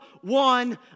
one